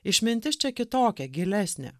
išmintis čia kitokia gilesnė